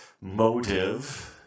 motive